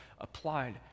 applied